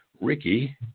Ricky